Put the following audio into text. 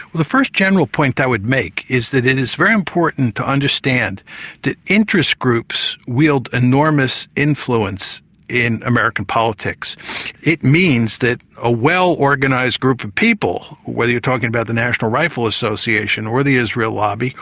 the first general point that i would make is that it is very important to understand that interest groups wield enormous influence in american politics. it means that a well-organised group of people whether you're talking about the national rifle association, or the israel lobby,